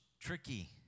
tricky